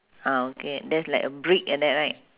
ah okay that's like a brick like that right